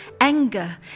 anger